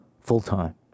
full-time